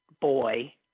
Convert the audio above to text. boy